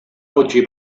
oggi